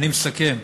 אני מסכם.